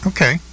Okay